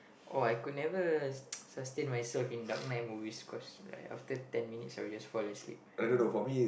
oh I could never sustain myself in Dark Knight movies after ten minutes I'll just fall asleep